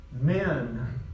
men